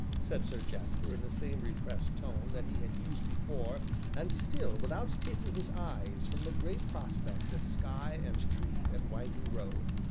said sir jasper, in the same repressed tone that he had used before and still without taking his eyes from the gray prospect of sky and tree and winding road,